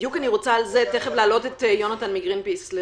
אני רוצה בעניין הזה להעלות את יונתן מגרינפיס.